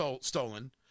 stolen